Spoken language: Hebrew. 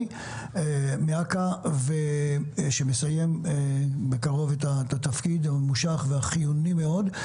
מאכ"א שמסיים בקרוב את התפקיד הממושך והחיוני מאוד.